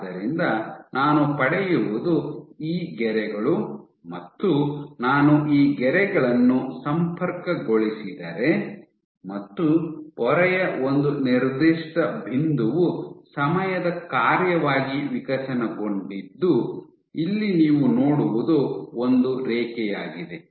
ಆದ್ದರಿಂದ ನಾನು ಪಡೆಯುವುದು ಈ ಗೆರೆಗಳು ಮತ್ತು ನಾನು ಈ ಗೆರೆಗಳನ್ನು ಸಂಪರ್ಕಗೊಳಿಸಿದರೆ ಮತ್ತು ಪೊರೆಯ ಒಂದು ನಿರ್ದಿಷ್ಟ ಬಿಂದುವು ಸಮಯದ ಕಾರ್ಯವಾಗಿ ವಿಕಸನಗೊಂಡಿದ್ದು ಇಲ್ಲಿ ನೀವು ನೋಡುವುದು ಒಂದು ರೇಖೆಯಾಗಿದೆ